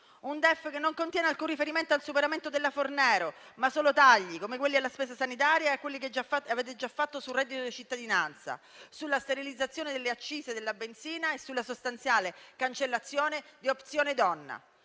un DEF che non contiene alcun riferimento al superamento della legge Fornero, ma solo tagli come quelli alla spesa sanitaria e quelli che avete già fatto sul reddito di cittadinanza, con la sterilizzazione delle accise della benzina e con la sostanziale cancellazione di Opzione donna.